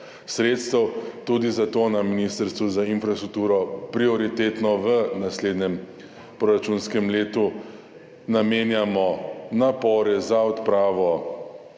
tudi za to na Ministrstvu za infrastrukturo prioritetno v naslednjem proračunskem letu namenjamo napore za odpravo